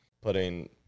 putting